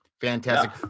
Fantastic